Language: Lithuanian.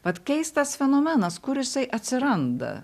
tad keistas fenomenas kursai atsiranda